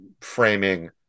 framing